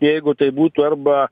jeigu tai būtų arba